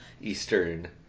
Eastern